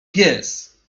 pies